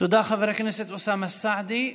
תודה, חבר הכנסת אוסאמה סעדי.